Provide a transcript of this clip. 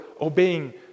obeying